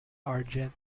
argent